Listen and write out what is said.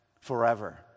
forever